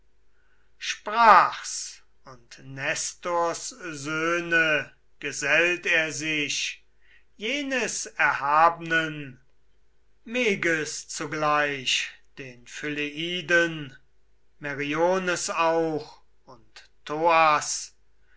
sprach's und nestors söhne gesellt er sich jenes erhabnen meges zugleich den phyleiden meriones auch und